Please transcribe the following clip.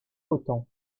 autant